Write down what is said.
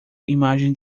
imagens